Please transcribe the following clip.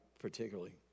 Particularly